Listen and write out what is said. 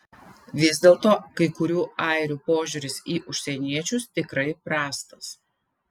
vis dėlto kai kurių airių požiūris į užsieniečius tikrai prastas